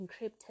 encrypted